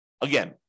Again